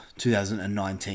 2019